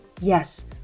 Yes